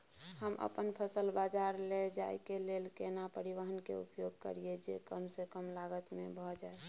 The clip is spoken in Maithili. हम अपन फसल बाजार लैय जाय के लेल केना परिवहन के उपयोग करिये जे कम स कम लागत में भ जाय?